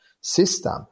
system